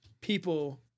people